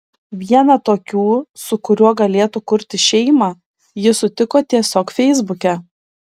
vieną tokių su kuriuo galėtų kurti šeimą ji sutiko tiesiog feisbuke